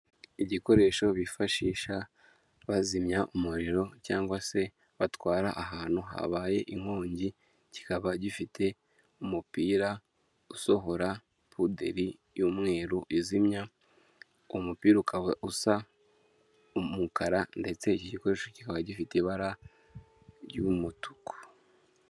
Igikoresho bifashisha bazimya umuriro cyangwa se batwara ahantu habaye inkongi, kikaba gifite umupira usohora pudeli y'umweru, izimya umupira ukaba usa umukara ndetse iki gikoresho kikaba gifite ibara ry'umutuku.